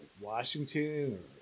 Washington